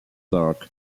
park